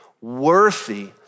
worthy